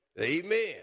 amen